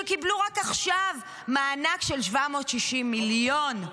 שקיבלו רק עכשיו מענק של 760 מיליון.